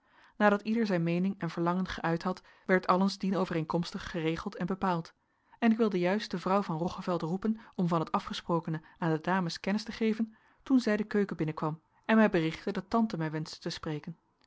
nadat ieder zijn meening en verlangen geuit had werd alles dienovereenkomstig geregeld en bepaald en ik wilde juist de vrouw van roggeveld roepen om van het afgesprokene aan de dames kennis te geven toen zij de keuken binnenkwam en mij berichtte dat tante mij wenschte te spreken